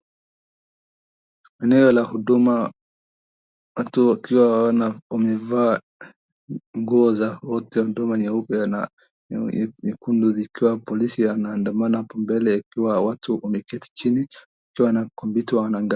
Eneo la huduma, watu wakiwa wamevaa nguo za wote huduma nyeupe na nyekundu, ikiwa polisi anaandamana hapo mbele ikiwa watu wameketi chini, wakiwa na kompyuta wanaangalia.